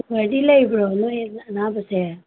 ꯈ꯭ꯋꯥꯏꯗꯩ ꯂꯩꯕ꯭ꯔꯣ ꯅꯣꯏ ꯑꯅꯥꯕꯁꯦ